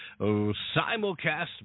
simulcast